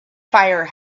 fire